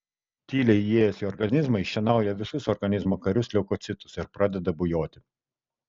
tyliai įėjęs į organizmą iššienauja visus organizmo karius leukocitus ir pradeda bujoti